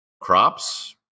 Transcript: crops